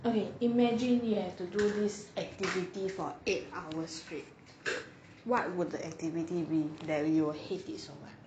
okay imagine you have to do this activity for eight hours straight what would the activity be that you will hate it so much